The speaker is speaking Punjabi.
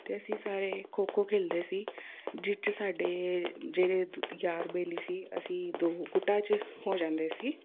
ਅਤੇ ਅਸੀਂ ਸਾਰੇ ਖੋ ਖੋ ਖੇਡਦੇ ਸੀ ਜਿਸ 'ਚ ਸਾਡੇ ਜਿਹੜੇ ਯਾਰ ਬੇਲੀ ਸੀ ਅਸੀਂ ਦੋ ਗੁੱਟਾ 'ਚ ਹੋ ਜਾਂਦੇ ਸੀ